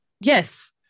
Yes